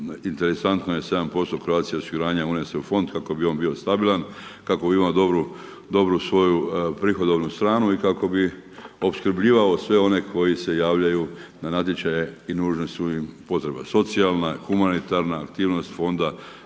interesantno je 7% Croatia osiguranja unese u fond kako bio on stabilan, kako bi imao dobru svoju prihodovnu stranu i kako bi opskrbljivao sve one koji se javljaju na natječaje i nužne su im potrebe socijalne, humanitarna aktivnost fonda